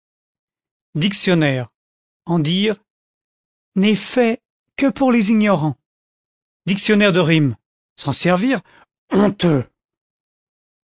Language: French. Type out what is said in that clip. dictionnaire en dire n'est fait que pour les ignorants dictionnaire de rimes s'en servir honteux